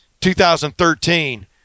2013